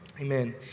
Amen